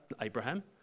Abraham